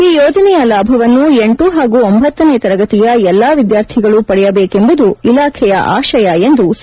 ಈ ಯೋಜನೆಯ ಲಾಭವನ್ನು ಎಂಟು ಹಾಗೂ ಒಂಭತ್ತನೇ ತರಗತಿಯ ಎಲ್ಲ ವಿದ್ಯಾರ್ಥಿಗಳು ಪಡೆಯದೇಕೆಂಬುದು ಇಲಾಖೆಯ ಆಶಯ ಎಂದು ಸಿ